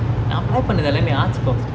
I apply பன்னது எல்லாமே:pannathu ellaame arts course